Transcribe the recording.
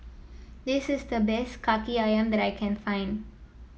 this is the best kaki ayam that I can find